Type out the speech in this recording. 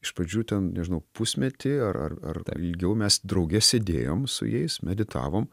iš pradžių ten nežinau pusmetį ar ar ar ilgiau mes drauge sėdėjom su jais meditavom